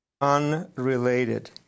unrelated